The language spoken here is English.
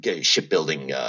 shipbuilding